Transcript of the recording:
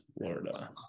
Florida